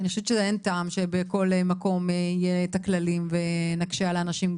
אני חושבת שאין טעם שבכל מקום יהיה את הכללים ונקשה על אנשים.